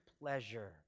pleasure